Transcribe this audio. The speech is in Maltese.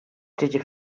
tiġi